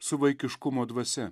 su vaikiškumo dvasia